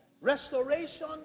Restoration